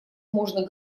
можно